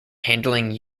handling